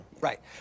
Right